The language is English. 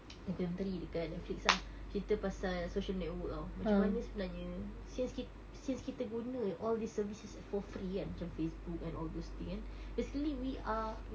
documentary dekat Netflix ah cerita pasal social network [tau] macam mana sebenarnya since kit~ since kita guna all this services for free kan macam Facebook and all those thing kan basically we are